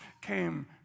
came